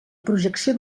projecció